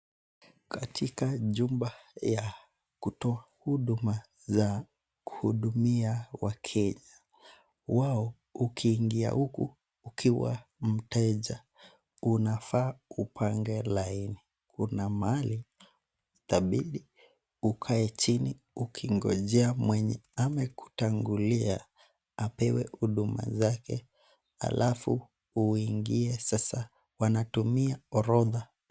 Katika jumba ya kutoa huduma ya kuhudumia wakenya. Wao, ukiingia huku ukiwa mteja unafaa upange laini. Kuna mahali itabidi ukae chini ukingojea mwenye amekutangulia, apewe huduma zake alafu uingie sasa. Wanatumia orodha.